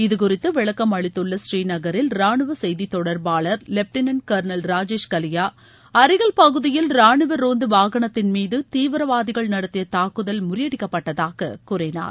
இது குறித்து விளக்கம் அளித்துள்ள ஸ்ரீநகரில் ராணுவ செய்தித் தொடர்பாளர் வெப்டினன்ட் கர்னல் ராஜேஷ் கலியா அரிகல் பகுதியில் ராணுவ ரோந்து வாகனத்தின் மீது தீவிரவாதிகள் நடத்திய தாக்குதல் முறியடிக்கப்பட்டதாக கூறினார்